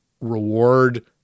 reward